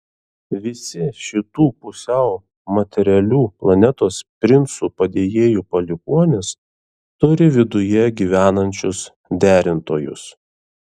visi šitų pusiau materialių planetos princų padėjėjų palikuonys turi viduje gyvenančius derintojus